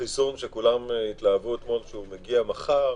החיסון שכולם התלהבו אתמול שהוא מגיע מחר